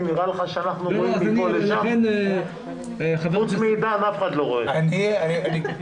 שימו לב, מה-15 ליולי היינו סביב ה-1,500,